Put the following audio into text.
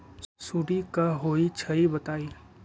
सुडी क होई छई बताई?